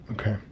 okay